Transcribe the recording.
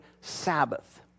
Sabbath